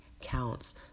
counts